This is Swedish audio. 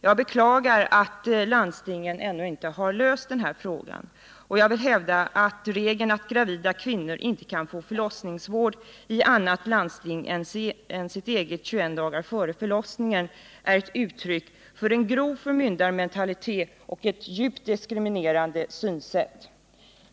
Jag beklagar att landstingen ännu inte har löst denna fråga och vill hävda att regeln att gravida kvinnor inte kan få förlossningsvård i annat landsting än sitt eget 21 dagar före förlossningen är ett uttryck för en grov förmyndarmentalitet och ett djupt diskriminerande synsätt.